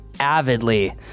avidly